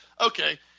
Okay